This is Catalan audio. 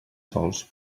sols